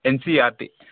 NCERT